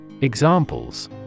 Examples